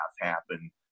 happen